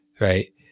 right